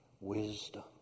wisdom